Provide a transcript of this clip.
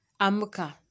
amuka